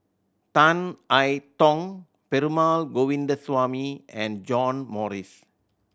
Tan I Tong Perumal Govindaswamy and John Morrice